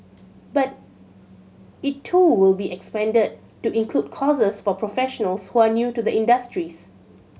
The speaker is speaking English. but it too will be expanded to include courses for professionals who are new to the industries